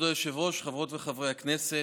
כבוד היושב-ראש, חברות וחברי הכנסת,